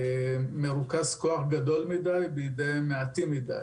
מרוכז כוח גדול מדי בידי מעטים מדי.